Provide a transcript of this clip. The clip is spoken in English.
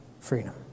Freedom